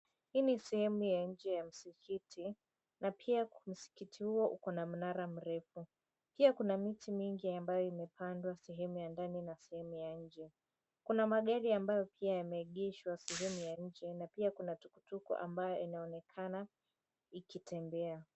Hii ni sehemu ya nje ya msikiti na pia msikiti huo ukona mnara mrefu. Pia kuna miti mingi ambayo imepandwa sehemu ya ndani na sehemu ya nje. Kuna magari ambayo pia yameegeshwa sehemu ya nje na pia kuna tuktuk ambayo inaonekana ikitembea.